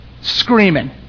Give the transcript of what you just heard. Screaming